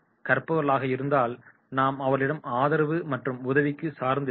கற்பவர்களாக இருந்தால் நாம் அவர்களிடம் ஆதரவு மற்றும் உதவிக்கு சார்ந்து இருக்கலாம்